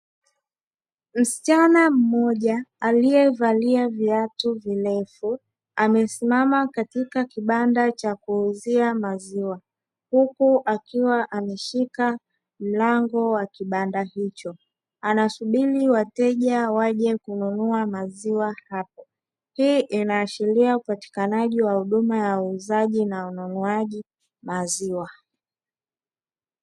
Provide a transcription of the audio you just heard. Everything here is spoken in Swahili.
Msichana mmoja aliyevalia viatu virefu, amesimama katika kibanda cha kuuzia maziwa huku akiwa ameshika mlango wa kibanda hicho. Anasubiri wateja waje kununua maziwa hapo. Hii inaashiria upatikanaji wa huduma ya uuzaji na ununuaji maziwa.